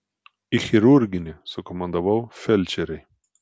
į chirurginį sukomandavau felčerei